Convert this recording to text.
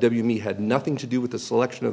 me had nothing to do with the selection of the